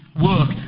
work